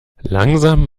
langsam